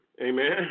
Amen